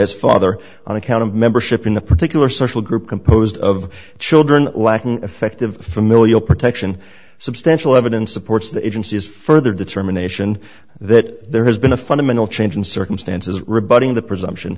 his father on account of membership in a particular social group composed of children lacking effective familial protection substantial evidence supports the agency's further determination that there has been a fundamental change in circumstances rebutting the presumption